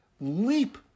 leap